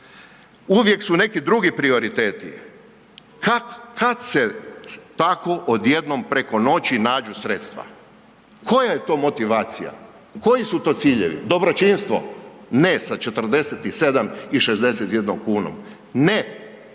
Uvijek su neki drugi prioriteti. Kako, kad se tako odjednom preko noći nađu sredstva? Koja je to motivacija? Koji su to ciljevi? Dobročinstvo? Ne, sa 47 i 61 kunom. Ne,